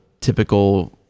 typical